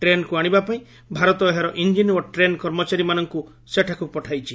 ଟ୍ରେନ୍କୁ ଆଣିବା ପାଇଁ ଭାରତ ଏହାର ଇଞ୍ଜିନ୍ ଓ ଟ୍ରେନ୍ କର୍ମଚାରୀମାନଙ୍କୁ ସେଠାକୁ ପଠାଇଛି